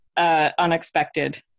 Unexpected